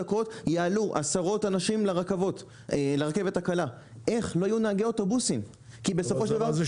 נחריג מהחוק נהגי משאיות, נהגי אוטובוסים ונהגי